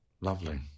lovely